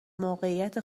موقعیت